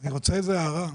אני רוצה איזו הערה.